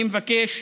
אני מבקש,